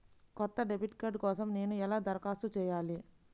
కొత్త debit card కోసం నేను ఎలా దరఖాస్తు చేయాలి?